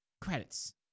credits